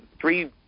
Three